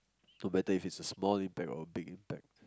no matter if it's small impact or a big impact